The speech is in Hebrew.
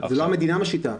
זו לא המדינה משיתה.